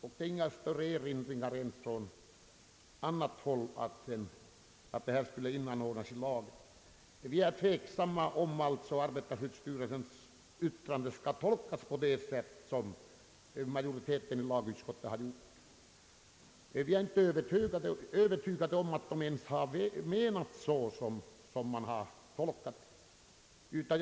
Det föreligger heller inte några större erinringar från annat håll mot att arbetarskyddslagen kompletteras på denna punkt. Men vi tvekar om arbetarskyddsstyrelsens yttrande skall tolkas på det sätt som utskottsmajoriteten gjort. Vi är inte ens övertygade om att styrelsen verkligen menat vad som här sagts.